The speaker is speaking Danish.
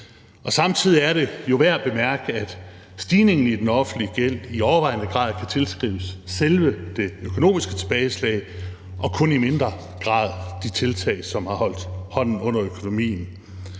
Samtidig er det jo værd at bemærke, at stigningen i den offentlige gæld i overvejende grad kan tilskrives selve det økonomiske tilbageslag og kun i mindre grad de tiltag, som har holdt hånden under økonomien.